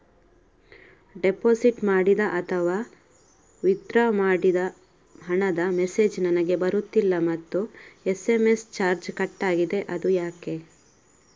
Deposit ಮಾಡಿದ ಅಥವಾ withdraw ಮಾಡಿದ ಹಣದ ಮೆಸೇಜ್ ನನಗೆ ಬರುತ್ತಿಲ್ಲ ಮತ್ತು ಎಸ್.ಎಂ.ಎಸ್ ಚಾರ್ಜ್ ಕಟ್ಟಾಗಿದೆ ಅದು ಯಾಕೆ?